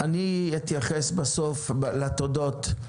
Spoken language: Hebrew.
אתייחס בסוף לתודות.